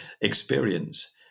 experience